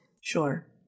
sure